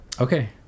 Okay